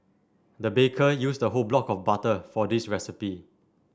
the baker used a whole block of butter for this recipe